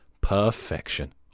Perfection